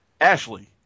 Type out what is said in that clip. Ashley